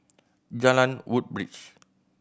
Jalan Woodbridge